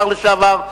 השר לשעבר,